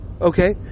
okay